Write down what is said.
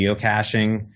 geocaching